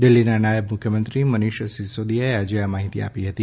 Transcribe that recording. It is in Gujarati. દિલ્હીના નાયબ મુખ્યમંત્રી મનીષ સિસોદીયાએ આજે આ માહિતી આપી હતી